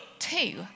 Two